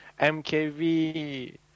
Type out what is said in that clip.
MKV